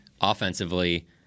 offensively